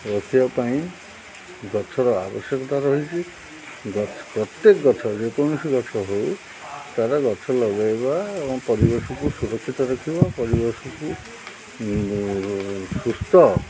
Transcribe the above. ରଖିବା ପାଇଁ ଗଛର ଆବଶ୍ୟକତା ରହିଚି ପ୍ରତ୍ୟେକ ଗଛ ଯେକୌଣସି ଗଛ ହଉ ତା'ର ଗଛ ଲଗାଇବା ଏବଂ ପରିବେଶକୁ ସୁରକ୍ଷିତ ରଖିବା ପରିବେଶକୁ ସୁସ୍ଥ